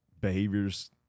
behaviors